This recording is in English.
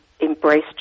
embraced